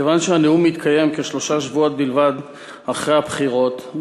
מכיוון שהנאום מתקיים כשלושה שבועות בלבד אחרי הבחירות,